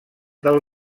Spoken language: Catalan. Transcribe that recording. del